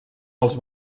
els